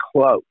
close